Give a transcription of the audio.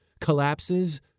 Collapses